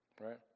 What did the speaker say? right